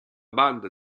banda